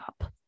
up